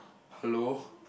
hello